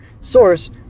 source